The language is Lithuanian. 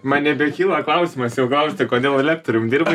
man nebekyla klausimas jau klausti kodėl lektorium dirbai